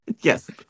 Yes